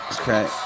Okay